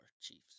Chiefs